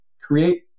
create